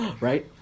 Right